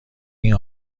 این